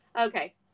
Okay